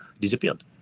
disappeared